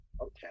Okay